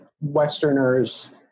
Westerners